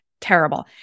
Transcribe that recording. terrible